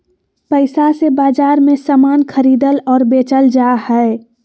पैसा से बाजार मे समान खरीदल और बेचल जा हय